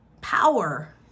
power